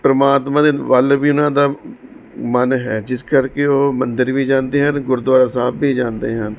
ਪਰਮਾਤਮਾ ਦੇ ਵੱਲ ਵੀ ਉਹਨਾਂ ਦਾ ਮਨ ਹੈ ਜਿਸ ਕਰਕੇ ਉਹ ਮੰਦਰ ਵੀ ਜਾਂਦੇ ਹਨ ਗੁਰਦੁਆਰਾ ਸਾਹਿਬ ਵੀ ਜਾਂਦੇ ਹਨ